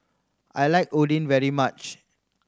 I like Oden very much